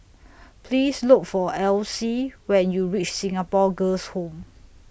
Please Look For Alyse when YOU REACH Singapore Girls' Home